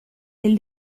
del